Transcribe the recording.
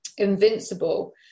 invincible